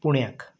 पुण्याक